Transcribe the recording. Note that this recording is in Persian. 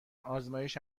آزمایش